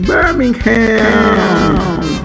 Birmingham